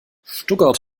stuttgart